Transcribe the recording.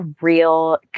real